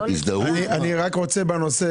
לגבי הנושא